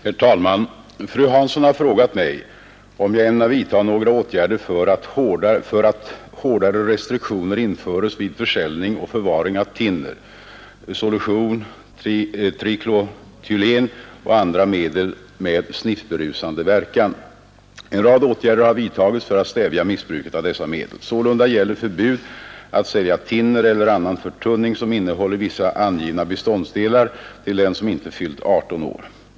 Herr talman! Fru Hansson har frågat mig, om jag ämnar vidta några åtgärder för att hårdare restriktioner införes vid försäljning och förvaring av thinner, solution, trikloretylen och andra medel med sniffberusande verkan. En rad åtgärder har vidtagits för att stävja missbruket av dessa medel. Sålunda gäller förbud att sälja thinner eller annan förtunning som innehåller vissa angivna beståndsdelar till den som inte fyllt 18 år.